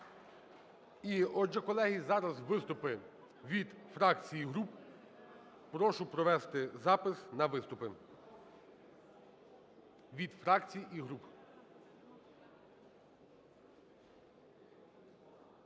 І отже, колеги, зараз виступи від фракцій, груп. Прошу провести запис на виступи від фракцій і груп.